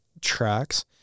tracks